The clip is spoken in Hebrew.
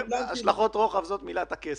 השלכות רוחב זו מילת הקסם,